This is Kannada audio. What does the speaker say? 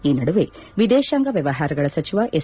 ಈ ನಡುವೆ ವಿದೇಶಾಂಗ ವ್ಯವಹಾರಗಳ ಸಚಿವ ಎಸ್